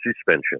suspension